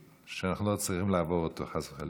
שאנחנו לא צריכים לעבור אותו חס וחלילה.